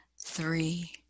three